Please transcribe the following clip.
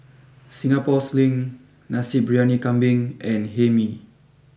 Singapore sling Nasi Briyani Kambing and Hae Mee